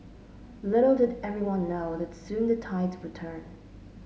little did everyone know that soon the tides would turn